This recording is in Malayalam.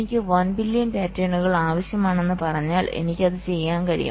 എനിക്ക് 1 ബില്യൺ പാറ്റേണുകൾ ആവശ്യമാണെന്ന് പറഞ്ഞാൽ എനിക്ക് അത് ചെയ്യാൻ കഴിയും